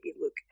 look